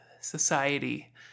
society